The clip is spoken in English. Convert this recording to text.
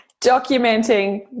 documenting